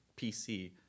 pc